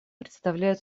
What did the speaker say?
представляют